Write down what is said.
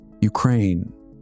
Ukraine